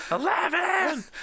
eleven